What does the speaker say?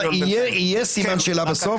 יהיה סימן שאלה בסוף.